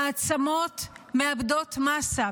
העצמות מאבדות מאסה,